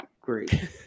great